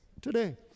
today